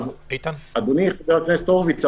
אדוני חבר הכנסת הורוביץ,